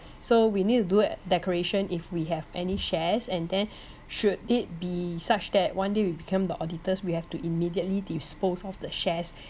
so we need to do declaration if we have any shares and then should it be such that one day we become the auditors we have to immediately dispose of the shares